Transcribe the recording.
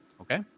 Okay